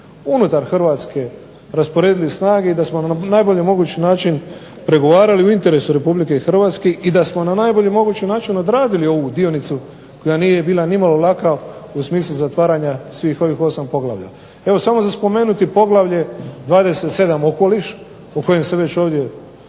unutar Hrvatske i da smo na najbolji mogući način pregovarali u interesu Republike Hrvatske i da smo na najbolji mogući način odradili ovu dionicu koja nije bila nimalo laka u smislu zatvaranja svih ovih 8 poglavlja. Evo, samo za spomenuti poglavlje 27. okoliš, o kojem se već ovdje